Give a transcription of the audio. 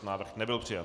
Návrh nebyl přijat.